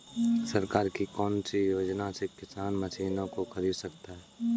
सरकार की कौन सी योजना से किसान मशीनों को खरीद सकता है?